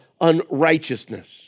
unrighteousness